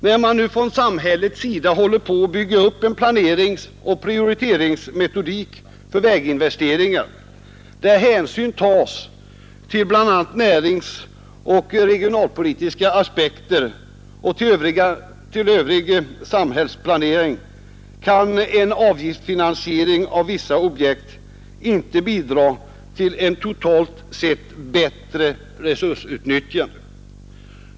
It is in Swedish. När man nu från samhällets sida håller på att bygga upp en planeringsoch prioriteringsmetodik för väginvesteringar, där hänsyn tas till bl.a. näringsoch regionalpolitiska aspekter och till övrig samhällsplanering, kan en avgiftsfinansiering av vissa objekt inte bidra till ett totalt sett bättre resursutnyttjande.